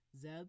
Zeb